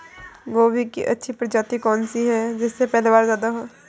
गोभी की अच्छी प्रजाति कौन सी है जिससे पैदावार ज्यादा हो?